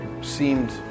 seemed